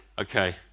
Okay